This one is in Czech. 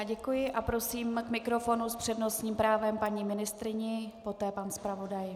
Děkuji a prosím k mikrofonu s přednostním právem paní ministryni, poté pan zpravodaj.